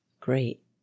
Great